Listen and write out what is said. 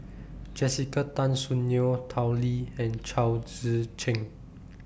Jessica Tan Soon Neo Tao Li and Chao Tzee Cheng